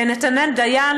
לנתנאל דיין,